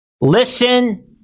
listen